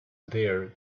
there